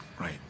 right